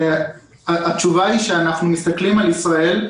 התשובה היא שאנחנו מסתכלים על ישראל.